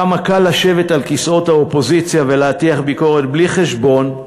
כמה קל לשבת על כיסאות האופוזיציה ולהטיח ביקורת בלי חשבון,